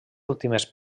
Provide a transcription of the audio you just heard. últimes